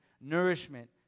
nourishment